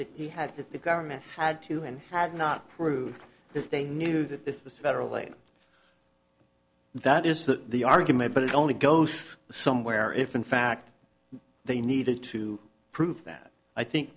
that he had that the government had to and had not proved if they knew that this was federal law that is that the argument but it only goes somewhere if in fact they needed to prove that i think